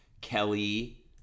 Kelly